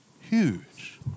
Huge